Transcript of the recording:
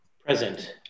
Present